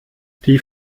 die